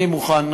אני מוכן,